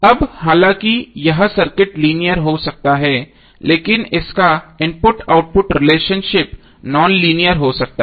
अब हालांकि यह सर्किट लीनियर हो सकता है लेकिन इसका इनपुट आउटपुट रिलेशनशिप नॉनलीनियर हो सकता है